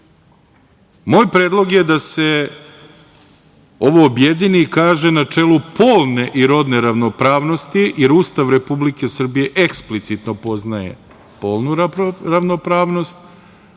Moj predlog je da se ovo objedini i kaže – načelo polne i rodne ravnopravnosti jer Ustav Republike Srbije eksplicitno poznaje polnu ravnopravnost